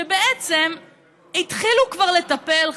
שבעצם התחילו כבר לטפל,